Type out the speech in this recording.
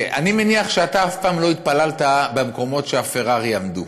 אני מניח שאתה אף פעם לא התפללת במקומות שהפרארי עמדו,